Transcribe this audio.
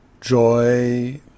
joy